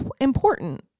important